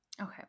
Okay